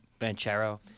Banchero